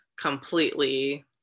completely